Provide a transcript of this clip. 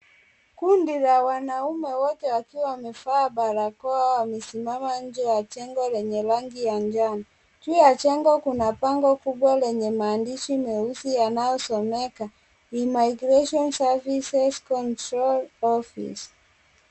Kundi la wanaume wote wakiwa wamevaa barakoa wamesima nje ya jengo lenye rangi ya njano, Juu ya jengo kuna bango kubwa lenye maandishi meusi yanayosomeka Immigration services control office .